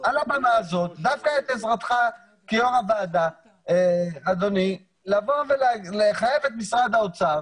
מעל הבמה הזאת את עזרתך כיושב ראש הוועדה לבוא ולחייב את משרד האוצר